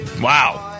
Wow